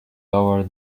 lower